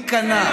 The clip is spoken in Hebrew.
להיכנע?